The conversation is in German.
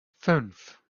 fünf